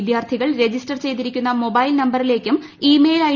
വിദ്യാർത്ഥികൾ രജിസ്റ്റർ ചെയ്തിരിക്കുന്ന മൊബൈൽ നമ്പരിലേക്കും ഇ മെയിൽ ഐ